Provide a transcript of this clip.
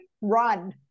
run